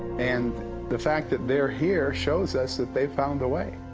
and the fact that they are here, shows us, that they found a way.